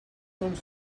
some